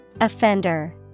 Offender